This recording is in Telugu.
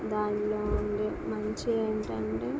దానిలో ఉండే మంచి ఏమిటి అంటే